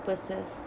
purses